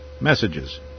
messages